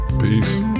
peace